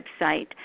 website